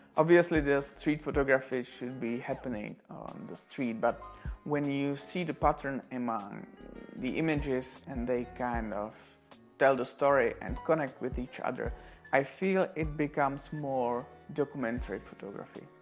obviously the street photography should be happening on the street but when you see the pattern among the images and they kind of tell the story and connect with each other i feel it becomes more documentary photography.